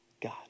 God